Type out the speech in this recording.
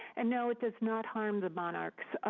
and no, it does not harm the monarchs.